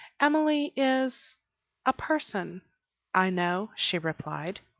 emily is a person i know, she replied.